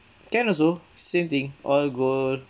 can also same thing oil gold